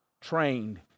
trained